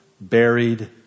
buried